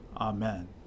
Amen